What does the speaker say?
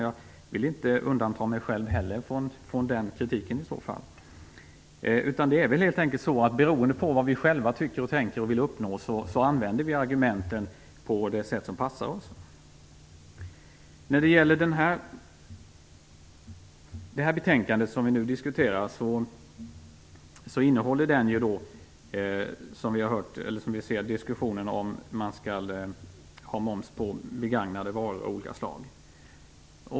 Jag vill inte undanta mig själv heller från den kritiken. Det är väl helt enkelt så att beroende på vad vi själva tycker och tänker och vill uppnå använder vi argumenten på det sätt som passar oss. Det betänkande som vi nu diskuterar innehåller diskussionen om man skall ha moms på begagnade varor av olika slag.